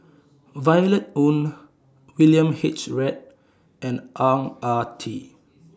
Violet Oon William H Read and Ang Ah Tee